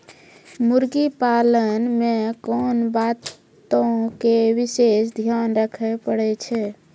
मुर्गी पालन मे कोंन बातो के विशेष ध्यान रखे पड़ै छै?